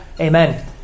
Amen